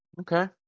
Okay